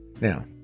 Now